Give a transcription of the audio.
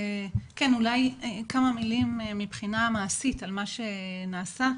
אולי כמה מילים מבחינה מעשית על מה שנעשה.